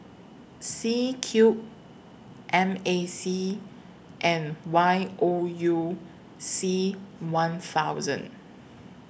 C Cube M A C and Y O U C one thousand